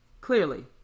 Clearly